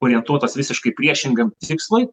orientuotas visiškai priešingam tikslui